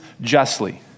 justly